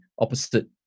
opposite